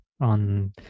on